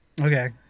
Okay